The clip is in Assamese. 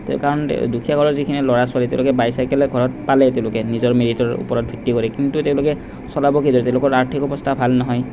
কাৰণ দুখীয়া ঘৰৰ যিখিনি ল'ৰা ছোৱালী তেওঁলোকে বাইচাইকেলৰ ঘৰত পালে তেওঁলোকে নিজৰ মেৰিটৰ ওপৰত ভিত্তি কৰি কিন্তু তেওঁলোকে চলাব কেতিয়া তেওঁলোকৰ আৰ্থিক অৱস্থা ভাল নহয়